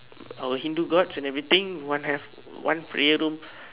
our Hindu gods and everything one have one prayer room